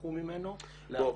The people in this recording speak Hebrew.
שנלקחו ממנו -- זיו,